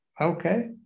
Okay